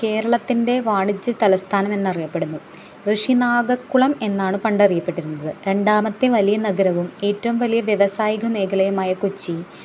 കേരളത്തിൻ്റെ വാണിജ്യ തലസ്ഥാനം എന്നറിയപ്പെടുന്നു ഋഷിനാഗക്കുളം എന്നാണ് പണ്ട് അറിയപ്പെട്ടിരുന്നത് രണ്ടാമത്തെ വലിയ നഗരവും ഏറ്റവും വലിയ വ്യവസായിക മേഖലയുമായ കൊച്ചി